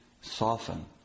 soften